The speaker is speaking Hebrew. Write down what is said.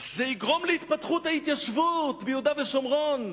זה יגרום להתפתחות ההתיישבות ביהודה ושומרון.